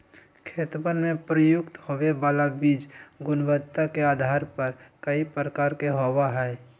खेतवन में प्रयुक्त होवे वाला बीज गुणवत्ता के आधार पर कई प्रकार के होवा हई